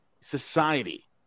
society